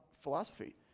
philosophy